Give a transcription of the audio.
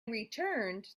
returned